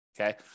okay